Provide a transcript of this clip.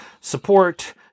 support